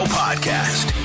podcast